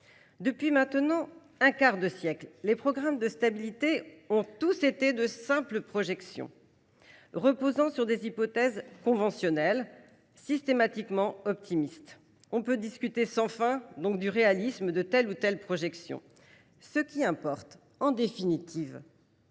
Depuis un quart de siècle, les programmes de stabilité ont tous consisté en de simples projections, reposant sur des hypothèses conventionnelles, systématiquement optimistes. Nous pouvons donc discuter sans fin du réalisme de telle ou telle prévision, mais ce qui importe, en définitive,